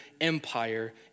empire